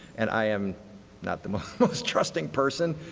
and i'm not the most most trusting person.